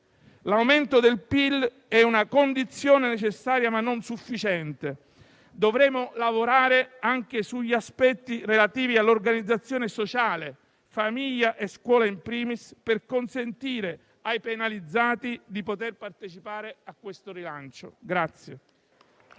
L'aumento del PIL è una condizione necessaria, ma non sufficiente; dovremo lavorare anche sugli aspetti relativi all'organizzazione sociale, famiglia e scuola *in primis*, per consentire ai penalizzati di poter partecipare a questo rilancio.